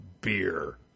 beer